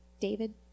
David